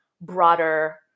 broader